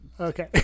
Okay